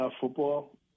football